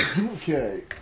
Okay